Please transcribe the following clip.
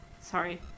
sorry